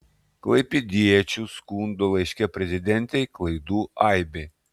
klaipėdiečių skundo laiške prezidentei klaidų aibė